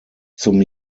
zum